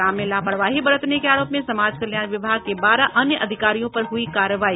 काम में लापरवाही बरतने के आरोप में समाज कल्याण विभाग के बारह अन्य अधिकारियों पर भी हुयी कार्रवाई